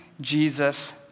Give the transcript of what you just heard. Jesus